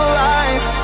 lies